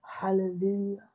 Hallelujah